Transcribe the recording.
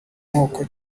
moko